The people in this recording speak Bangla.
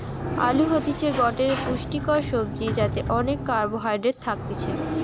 আলু হতিছে গটে পুষ্টিকর সবজি যাতে অনেক কার্বহাইড্রেট থাকতিছে